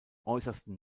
äußersten